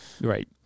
Right